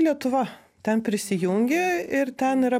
lietuva ten prisijungi ir ten yra